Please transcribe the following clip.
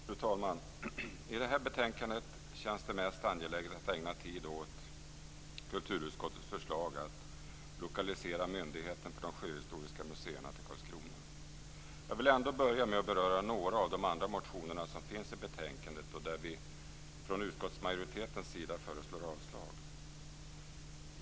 Fru talman! I debatten om det här betänkandet känns det mest angeläget att ägna tid åt kulturutskottets förslag att lokalisera myndigheten för de sjöhistoriska museerna till Karlskrona. Jag vill dock börja med att beröra några av de andra motioner som tas upp i betänkandet och där vi från utskottsmajoritetens sida föreslår avslag.